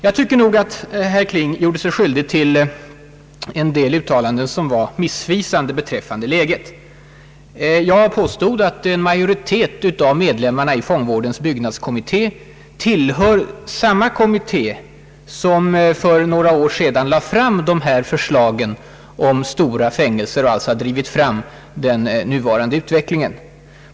Jag tycker nog att herr Kling gjorde sig skyldig till en del uttalanden, som gav en missvisande bild av sakläget. Jag påstod att en majoritet av ledamöterna 1 fångvårdens byggnadskommitté också tillhörde kommittén när den för några år sedan lade fram förslagen om stora fängelser. De har alltså drivit fram den nuvarande utvecklingen.